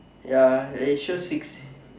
ya it shows six